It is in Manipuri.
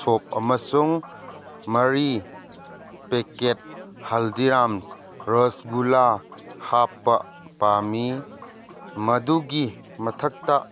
ꯁꯣꯞ ꯑꯃꯁꯨꯡ ꯃꯔꯤ ꯄꯦꯀꯦꯠ ꯍꯜꯗꯤꯔꯥꯝ ꯔꯁꯒꯨꯂꯥ ꯍꯥꯞꯄ ꯄꯥꯝꯏ ꯃꯗꯨꯒꯤ ꯃꯊꯛꯇ